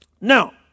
now